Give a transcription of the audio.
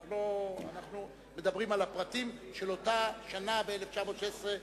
אנחנו מדברים על הפרטים של אותה שנה ב-1916,